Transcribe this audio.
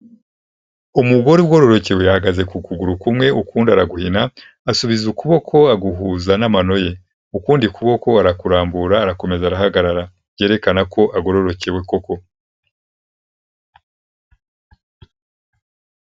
Umugore ugororokewe, ahagaze ku kuguru kumwe, ukundi araghina, asubiza ukuboko aguhuza n'amano ye. Ukundi kuboko arakurambura arakomeza arahagarara, byerekana ko agororokewe koko.